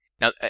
Now